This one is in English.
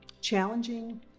challenging